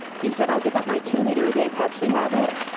he said, i'll give up my two liter-a-day pepsi habit,